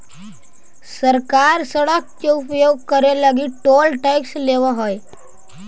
सरकार सड़क के उपयोग करे लगी टोल टैक्स लेवऽ हई